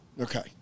Okay